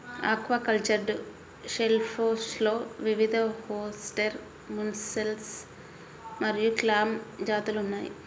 aquacultured షెల్ఫిష్లో వివిధఓస్టెర్, mussel మరియు క్లామ్ జాతులు ఉన్నాయి